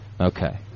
Okay